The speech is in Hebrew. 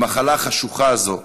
במחלה החשוכה הזו,